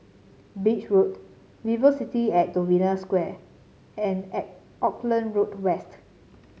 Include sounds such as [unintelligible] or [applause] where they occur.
Beach Road Velocity at the Novena Square and [unintelligible] Auckland Road West